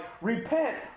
repent